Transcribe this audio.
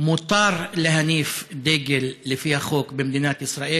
מותר להניף דגל לפי החוק במדינת ישראל,